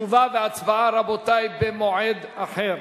תשובה והצבעה, רבותי, במועד אחר.